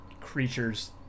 creatures